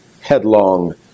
headlong